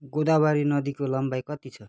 गोदावरी नदीको लम्बाइ कति छ